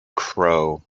crow